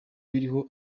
biriho